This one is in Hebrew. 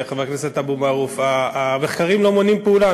חבר הכנסת אבו מערוף, המחקרים לא מונעים פעולה.